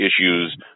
issues